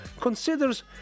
considers